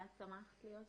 ואת שמחת להיות שם?